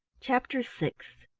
chapter sixth.